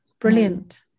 Brilliant